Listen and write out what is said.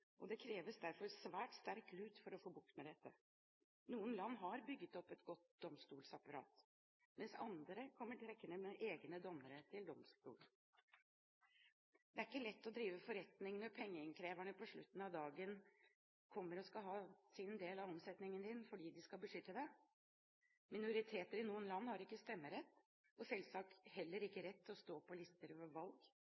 Det kreves derfor svært sterk lut for å få bukt med dette. Noen land har bygget opp et godt domstolsapparat, mens andre kommer trekkende med «egne» dommere til domstolen. Det er ikke lett å drive forretning når pengeinnkreverne på slutten av dagen kommer og skal ha sin del av omsetningen din fordi de skal beskytte deg Minoriteter i noen land har ikke stemmerett og selvsagt heller ikke